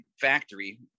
factory